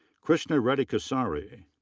krishna reddy kesari.